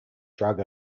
drug